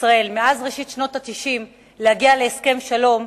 ישראל מאז ראשית שנות ה-90 להגיע להסכם שלום,